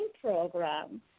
program